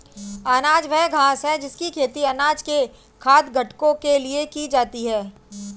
अनाज वह घास है जिसकी खेती अनाज के खाद्य घटकों के लिए की जाती है